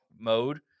mode